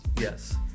Yes